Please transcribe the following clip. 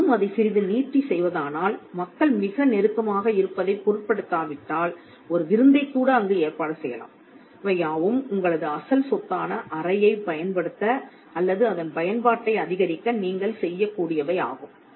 இன்னும் அதை சிறிது நீட்டி செய்வதானால் மக்கள் மிக நெருக்கமாக இருப்பதைப் பொருட்படுத்தாவிட்டால் ஒரு விருந்தைக் கூட அங்கு ஏற்பாடு செய்யலாம் இவையாவும் உங்களது அசல் சொத்தான அறையைப் பயன்படுத்த அல்லது அதன் பயன்பாட்டை அதிகரிக்க நீங்கள் செய்யக் கூடியவை ஆகும்